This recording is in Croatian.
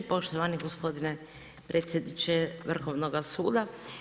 Poštovani gospodine predsjedniče Vrhovnoga suda.